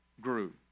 grew